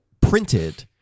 printed